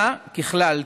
ככלל,